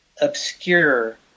obscure